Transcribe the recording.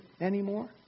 anymore